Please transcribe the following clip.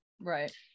Right